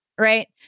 Right